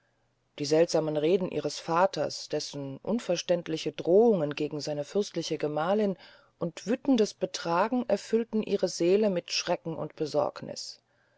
die seltsamen reden ihres vaters dessen unverständliche drohungen gegen seine fürstliche gemahlin und wütendes betragen erfüllten ihre sanfte seele mit schrecken und besorgniß